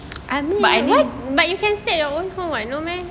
but I mean